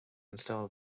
install